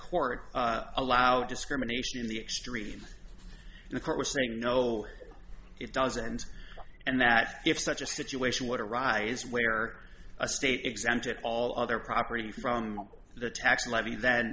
court allow discrimination in the extreme and the court was saying no it doesn't and that if such a situation would arise where a state exempted all other property from the tax levy then